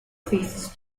theses